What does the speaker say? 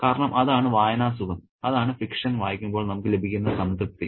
കാരണം അതാണ് വായനാസുഖം അതാണ് ഫിക്ഷൻ വായിക്കുമ്പോൾ നമുക്ക് ലഭിക്കുന്ന സംതൃപ്തി